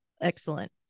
Excellent